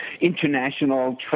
international